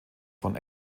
von